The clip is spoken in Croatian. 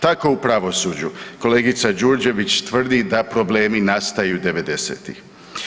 Tako u pravosuđu, kolegica Đurđević tvrdi da problemi nastaju 90-ih.